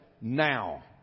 now